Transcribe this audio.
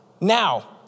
Now